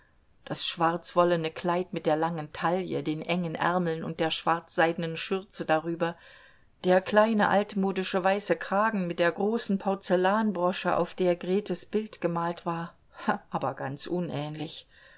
das schwarz wollene kleid mit der langen taille den engen ärmeln und der schwarz seidenen schürze darüber der kleine altmodische weiße kragen mit der großen porzellanbrosche auf der gretes bild gemalt war aber ganz unähnlich